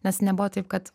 nes nebuvo taip kad